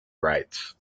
rights